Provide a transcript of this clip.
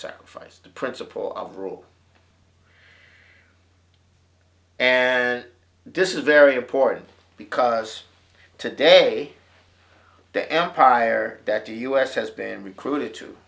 sacrifice the principle of rule and this is very important because today the empire that the us has been recruited to